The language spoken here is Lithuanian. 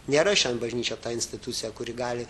nėra šiandien bažnyčia ta institucija kuri gali